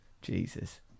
Jesus